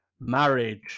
marriage